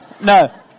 No